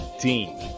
team